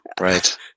right